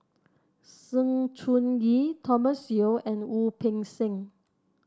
Sng Choon Yee Thomas Yeo and Wu Peng Seng